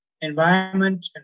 environment